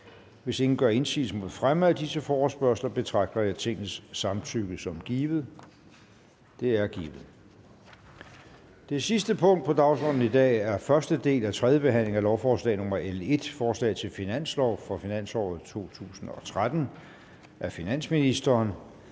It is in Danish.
Hvis ingen gør indsigelse mod fremme af disse forespørgsler, betragter jeg Tingets samtykke som givet. Det er givet. --- Det sidste punkt på dagsordenen er: 3) 1. del af 3. behandling af lovforslag nr. L 1: Forslag til finanslov for finansåret 2013. Af finansministeren